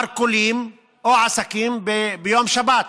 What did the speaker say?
מרכולים או עסקים ביום שבת.